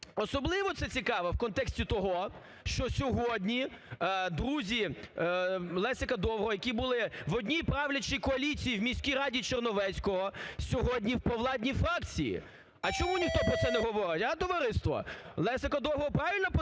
особливо це цікаво в контексті того, що сьогодні друзі Лесика Довгого, які були в одній правлячій коаліції в міській раді Черновецького, сьогодні в провладній фракції. А чому ніхто про це не говорить, товариство? Лесика Довгого правильно подали